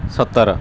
ସତର